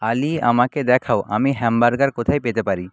আলি আমাকে দেখাও আমি হ্যামবার্গার কোথায় পেতে পারি